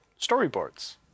storyboards